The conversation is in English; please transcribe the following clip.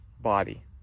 Body